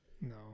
No